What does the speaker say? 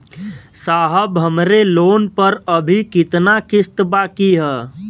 साहब हमरे लोन पर अभी कितना किस्त बाकी ह?